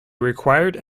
required